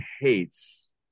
hates